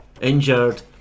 injured